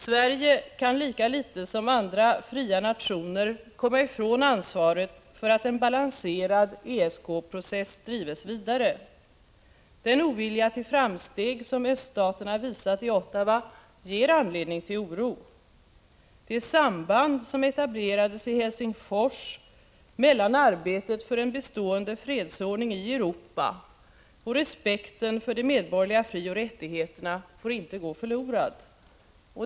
Sverige kan lika litet som andra fria nationer komma ifrån ansvaret för att en balanserad ESK-process drivs vidare. Den ovilja till framsteg som öststaterna visat i Ottawa ger anledning till oro. Det samband som etablerades i Helsingfors mellan arbetet för en bestående fredsordning i Europa och respekten för de medborgerliga frioch rättigheterna får inte förloras.